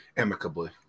Amicably